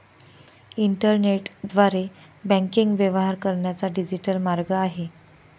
इंटरनेटद्वारे बँकिंग व्यवहार करण्याचा डिजिटल मार्ग आहे